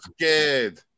scared